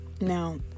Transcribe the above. Now